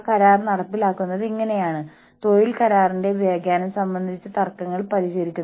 കാരണം അവർക്കറിയാം സംഘടനയുടെ കുടുംബത്തിന്റെ ഭാഗമായി അവരെ സംഘടന അംഗീകരിക്കുന്നു